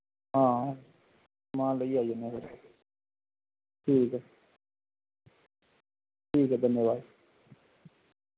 हां समान लेइयै आई जन्ना फिर ठीक ऐ ठीक ऐ धन्नवाद